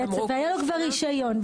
אם למישהו היה רשיון,